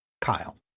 Kyle